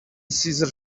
cesar